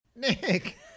Nick